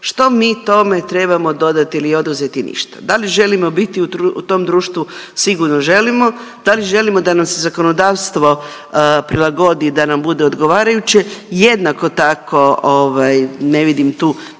Što mi tome trebamo dodati ili oduzeti? Ništa. Da li želimo biti u tom društvu? Sigurno želimo. Da li želimo da nam se zakonodavstvo prilagodi da nam bude odgovarajuće? Jednako tako ovaj ne vidim tu